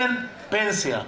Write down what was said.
אין פנסיה.